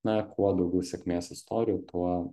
na kuo daugiau sėkmės istorijų tuo